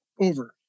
over